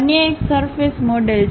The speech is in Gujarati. અન્ય એક સરફેસ મોડલ છે